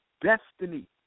destiny